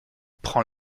prend